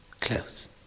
Close